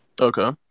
Okay